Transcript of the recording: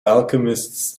alchemists